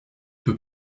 peux